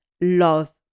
Love